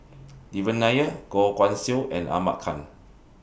Devan Nair Goh Guan Siew and Ahmad Khan